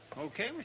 Okay